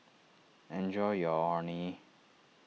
enjoy your Orh Nee